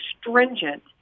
stringent